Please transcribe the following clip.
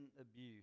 abuse